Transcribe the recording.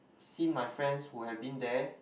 seen my friends who have been there